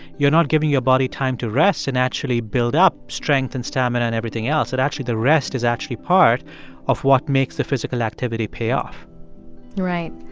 you're not giving your body time to rest and actually build up strength and stamina and everything else, that actually the rest is actually part of what makes the physical activity pay off right.